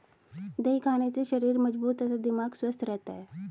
दही खाने से शरीर मजबूत तथा दिमाग स्वस्थ रहता है